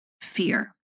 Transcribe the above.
fear